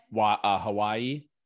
Hawaii